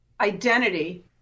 identity